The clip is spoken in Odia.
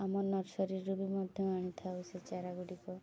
ଆମ ନର୍ସରୀରୁ ବି ମଧ୍ୟ ଆଣିଥାଉ ସେ ଚାରା ଗୁଡ଼ିକ